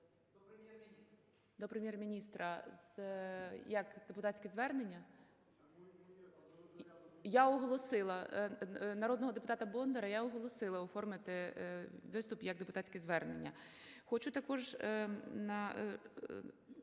до Прем'єр-міністра як депутатське звернення... (Шум у залі) Я оголосила. Народного депутата Бондаря, я оголосила, оформити виступ як депутатське звернення.